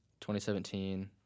2017